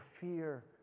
fear